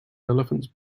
elephants